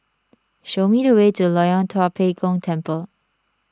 show me the way to Loyang Tua Pek Kong Temple